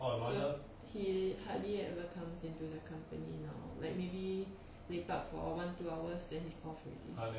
he he hardly ever comes into the company now like maybe lepak for one two hours then he's off already